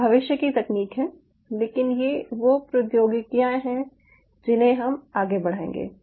ये भविष्य की तकनीक हैं लेकिन ये वो प्रौद्योगिकियां हैं जिन्हें हम आगे बढ़ाएंगे